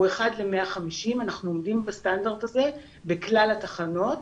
1:150. אנחנו עומדים בסטנדרט הזה בכלל התחנות.